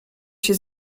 się